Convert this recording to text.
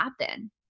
happen